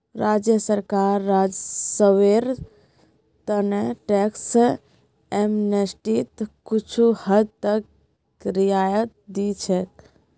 राज्य सरकार राजस्वेर त न टैक्स एमनेस्टीत कुछू हद तक रियायत दी छेक